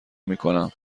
میکنم